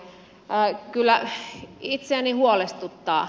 kyllä itseäni huolestuttaa